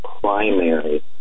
primary